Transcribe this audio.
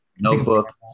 notebook